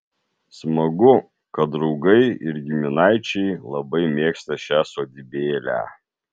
smagu kad draugai ir giminaičiai labai mėgsta šią sodybėlę